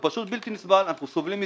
זה פשוט בלתי נסבל, אנחנו סובלים מזה.